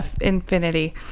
infinity